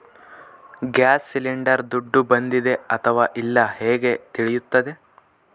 Gas cylinder ದುಡ್ಡು ಬಂದಿದೆ ಅಥವಾ ಇಲ್ಲ ಹೇಗೆ ತಿಳಿಯುತ್ತದೆ?